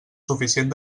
suficient